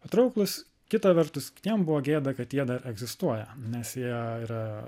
patrauklūs kita vertus kitiem buvo gėda kad jie egzistuoja nes jie yra